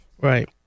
Right